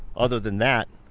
other than that,